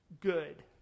Good